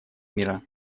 мира